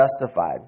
justified